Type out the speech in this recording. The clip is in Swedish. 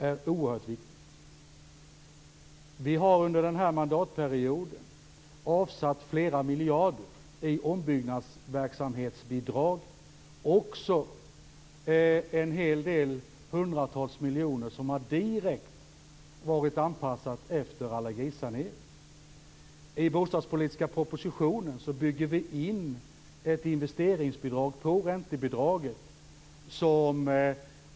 Under mandatperioden har flera miljarder avsatts i bidrag till ombyggnadsverksamhet, och hundratals miljoner har direkt gällt allergisanering. I bostadspolitiska propositionen har ett investeringsbidrag på räntebidraget lagts in.